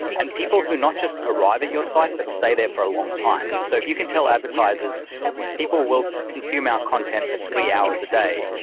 and people who not just arrive at your site, but stay there for a long time. time. so if you can tell advertisers people will consume our content for three hours a day,